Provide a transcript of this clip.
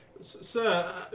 sir